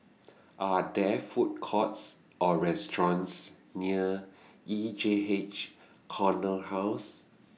Are There Food Courts Or restaurants near E J H Corner House